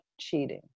cheating